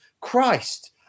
Christ